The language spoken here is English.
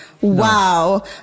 Wow